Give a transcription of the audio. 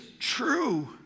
true